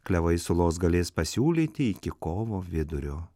klevai sulos galės pasiūlyti iki kovo vidurio